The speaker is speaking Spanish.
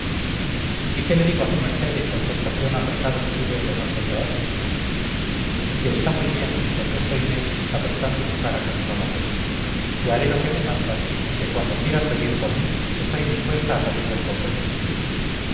y qué le digo a su merced en contestación al recado que tuve el honor de traer que está muy bien contestó inés apretando su cara contra la reja que haré lo que me mandan y que cuando quieran venir por mí estoy dispuesta a salir del convento